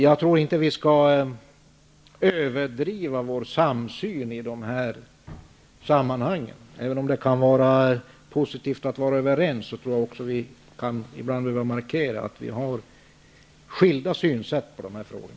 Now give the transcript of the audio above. Jag tror inte att vi skall överdriva vår samsyn i dessa sammanhang. Även om det kan vara positivt att vara överens, tror jag att vi ibland kan behöva markera att vi har skilda synsätt i dessa frågor.